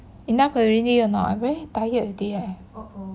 enough already or not I very tired already eh